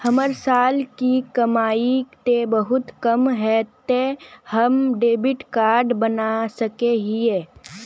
हमर साल के कमाई ते बहुत कम है ते हम डेबिट कार्ड बना सके हिये?